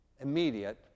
immediate